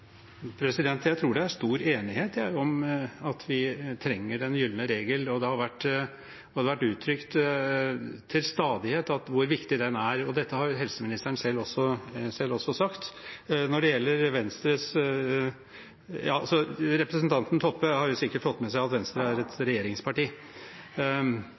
Jeg tror det er stor enighet om at vi trenger den gylne regel. Det har vært uttrykt til stadighet hvor viktig den er. Dette har helseministeren også sagt selv. Representanten Toppe har sikkert fått med seg at Venstre er